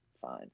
fine